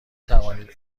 توانید